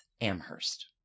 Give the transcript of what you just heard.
Amherst